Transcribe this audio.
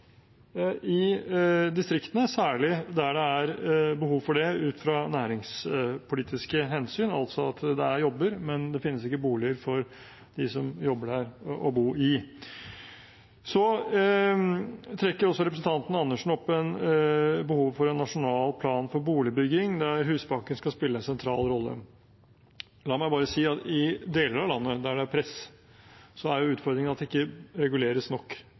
i distriktene, særlig der det er behov for det ut fra næringspolitiske hensyn, altså at det er jobber, men det finnes ikke boliger for dem som jobber der, å bo i. Representanten Andersen trekker opp behovet for en nasjonal plan for boligbygging, der Husbanken skal spille en sentral rolle. La meg bare si at i deler av landet der det er press, er utfordringen at det ikke reguleres nok